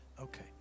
Okay